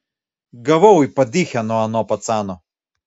gavau į padychę nuo ano pacano